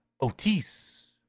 Otis